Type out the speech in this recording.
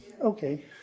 Okay